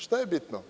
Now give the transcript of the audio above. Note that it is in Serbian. Šta je bitno?